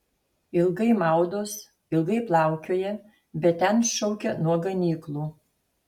ilgai maudos ilgai plaukioja bet ten šaukia nuo ganyklų